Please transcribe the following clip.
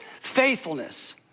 faithfulness